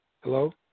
Hello